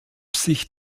sich